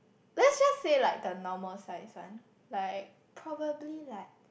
let's just said like the normal size one like probably like